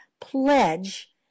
pledge